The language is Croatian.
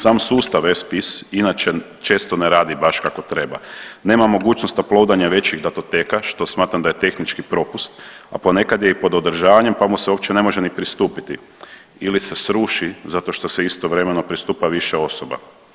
Sam sustav e-spis inače često ne radi baš kako treba, nema mogućnost uploadanja većih datoteka što smatram da je tehnički propust, a ponekad je i pod održavanjem pa mu se uopće ne može ni pristupiti ili se sruši zato što se istovremeno pristupa više osoba.